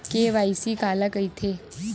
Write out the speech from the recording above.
KYC काला कइथे?